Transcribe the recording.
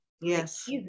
yes